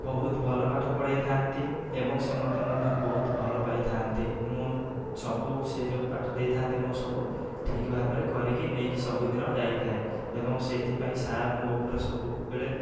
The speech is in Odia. ବହୁତ ଭଲ ପାଠ ପଢ଼େଇଥାନ୍ତି ଏବଂ ସେ ମୋତେ ମଧ୍ୟ ବହୁତ ଭଲ ପାଇଥାଆନ୍ତି ମୁଁ ସବୁ ସେ ଯେଉଁ ପାଠ ଦେଇଥାନ୍ତି ମୁଁ ସବୁ ଠିକ୍ ଭାବରେ କରିକି ନେଇକି ସବୁଦିନ ଯାଇଥାଏ ଏବଂ ସେଇଥିପାଇଁ ସାର୍ ମୋ ଉପରେ ସବୁବେଳେ